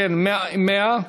100?